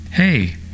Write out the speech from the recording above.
Hey